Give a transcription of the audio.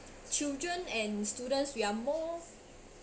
children and students we are more